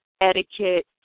etiquette